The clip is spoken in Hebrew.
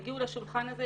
יגיעו לשולחן הזה,